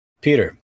Peter